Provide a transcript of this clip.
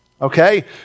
okay